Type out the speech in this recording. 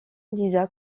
liza